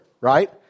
right